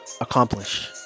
accomplish